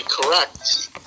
correct